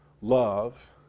love